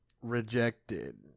rejected